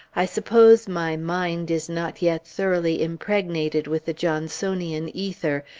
i suppose my mind is not yet thoroughly impregnated with the johnsonian ether,